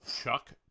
Chuck